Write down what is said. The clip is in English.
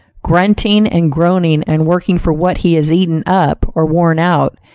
grunting and groaning and working for what he has eaten up or worn out,